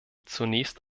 zunächst